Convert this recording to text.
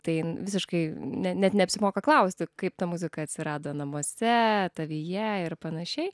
tai visiškai ne net neapsimoka klausti kaip ta muzika atsirado namuose tavyje ir panašiai